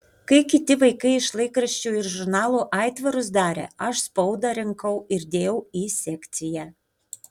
kai kiti vaikai iš laikraščių ir žurnalų aitvarus darė aš spaudą rinkau ir dėjau į sekciją